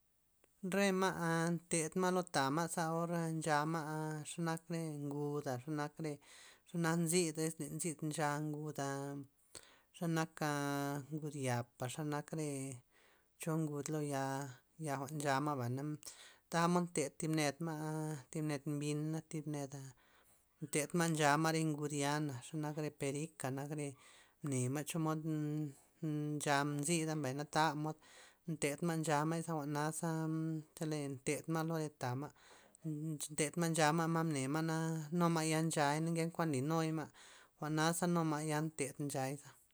Re ma' nted ma' lo tama' zaor nchama' xe nak re nguda xe nak re xe nak nzid, iz nzid ncha ngud xanaka ngud yapa xanak re cho ngud lo ya', ya' jwa'n nchamaba' tamod nted thib ned ma' thib ned mbin thib ted ma nchama' re ngud ya'na xe nak re perika, nak re mne ma' chomod nn- ncha nzida mbay taga mod nted ma' nchama' jwa'naza chelen nted ma' loney lo ta ma,' nted ma' ncha ma' mne ma'na nu ma'ya nchay na ken kuanka linuy ma' jwa'naza nu ma' ya nted nchayza.